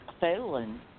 failing